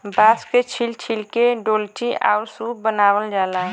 बांस के छील छील के डोल्ची आउर सूप बनावल जाला